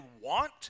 want